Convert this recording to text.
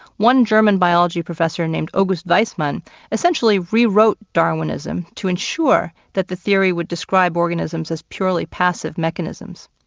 one german biology professor named august weismann essentially re-wrote darwinism to ensure that the theory would describe organisms as purely passive mechanisms.